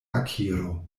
akiro